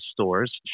stores